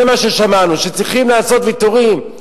זה מה ששמענו, שצריך לעשות ויתורים.